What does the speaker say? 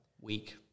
week